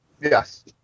Yes